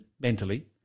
mentally